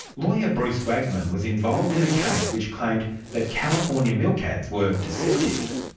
lawyer bruce wagman was involved in a case which claimed that california milk ads were deceptive.